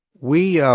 we